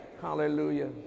Hallelujah